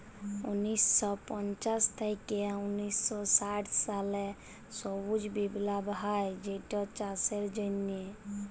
উনিশ শ পঞ্চাশ থ্যাইকে উনিশ শ ষাট সালে সবুজ বিপ্লব হ্যয় যেটচাষের জ্যনহে